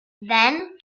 then